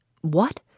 What